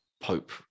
Pope